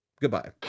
Goodbye